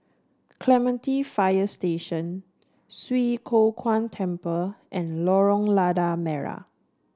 Clementi Fire Station Swee Kow Kuan Temple and Lorong Lada Merah